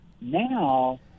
Now